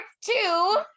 two